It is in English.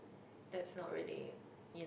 that's not really you know